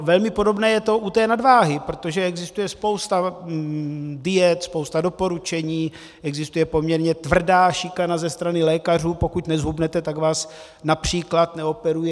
Velmi podobné je to u té nadváhy, protože existuje spousta diet, spousta doporučení, existuje poměrně tvrdá šikana ze strany lékařů, pokud nezhubnete, tak vás například neoperuje.